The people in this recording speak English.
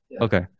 Okay